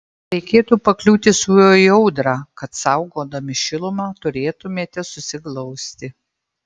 reikėtų pakliūti su juo į audrą kad saugodami šilumą turėtumėte susiglausti